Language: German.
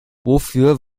wofür